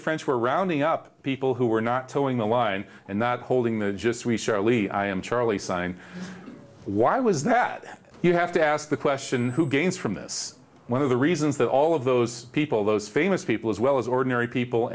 french were rounding up people who were not toeing the line and not holding the just we surely i am charlie sign why was that you have to ask the question who gains from this one of the reasons that all of those people those famous people as well as ordinary people